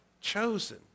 chosen